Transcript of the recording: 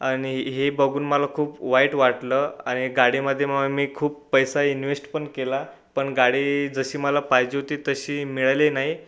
आणि हे बघून मला खूप वाईट वाटलं आणि गाडीमध्ये म्हणून मी खूप पैसा इन्व्हेस्ट पण केला पण गाडी जशी मला पाहिजे होती तशी मिळाली नाही